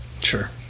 Sure